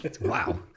wow